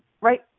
right